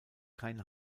kein